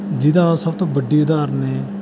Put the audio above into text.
ਜਿਹਦਾ ਸਭ ਤੋਂ ਵੱਡੀ ਉਦਾਹਰਣ ਹੈ